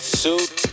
suit